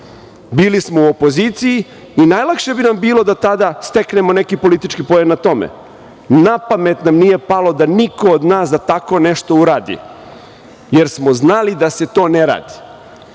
Bili smo u opoziciji i najlakše bi nam bilo da tada steknemo politički poen na tome. Na pamet nam nije palo da niko od nas tako nešto uradi, jer smo znali da se to ne radi. Sa